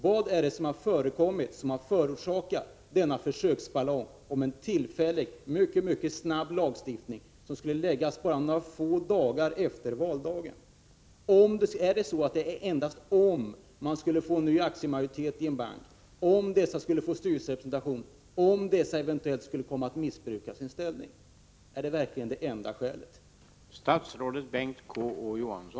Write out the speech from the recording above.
Vad har förorsakat denna försöksballong om en tillfällig, mycket snabb lagstiftning varom förslag skulle läggas fram bara några få dagar efter valdagen? Är verkligen det enda skälet den möjligheten att man skulle kunna få en ny aktiemajoritet i en bank och att denna skulle kunna få styrelserepresentation och eventuellt skulle komma att missbruka sin ställning?